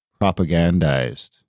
propagandized